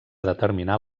determinar